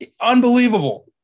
unbelievable